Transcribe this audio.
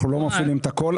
אנחנו לא מפעילים את הכול.